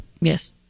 Yes